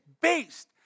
based